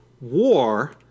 war